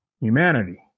humanity